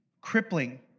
crippling